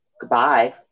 Goodbye